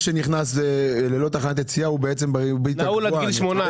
שנכנס ללא תחנת יציאה יש לו ריבית גבוהה.